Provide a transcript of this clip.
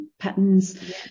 patterns